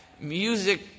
music